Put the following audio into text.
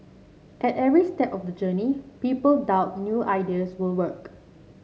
at every step of the journey people doubt new ideas will work